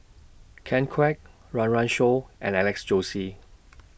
Ken Kwek Run Run Shaw and Alex Josey